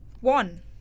One